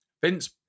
Vince